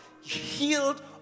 healed